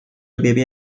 识别